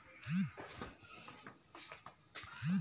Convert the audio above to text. हाथ के कला ले जेन सजाए के चीज बनथे तेला हस्तकला कहल जाथे